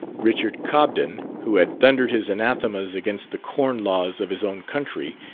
richard cobden, who had thundered his anathemas against the corn laws of his own country,